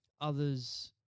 others